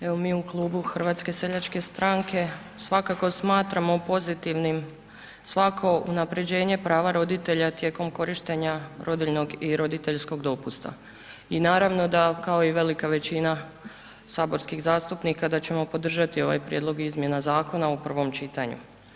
Evo mi u klubu HSS-a svakako smatramo pozitivnim svako unapređenje prava roditelja tijekom korištenja rodiljnog i roditeljskog dopusta i naravno da kao i velika većina saborskih zastupnika da ćemo podržati ovaj prijedlog izmjena zakona u prvom čitanju.